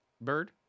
bird